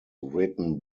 written